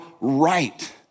right